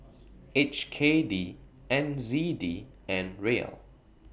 H K D N Z D and Riel